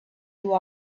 you